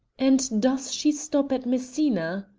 and does she stop at messina?